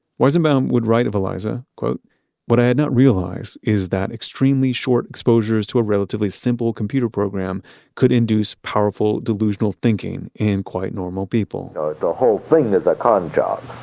weizenbaum would write of eliza, what i had not realized is that extremely short exposures to a relatively simple computer program could induce powerful, delusional thinking in quite normal people. the whole thing is a con job,